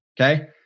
Okay